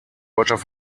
deutscher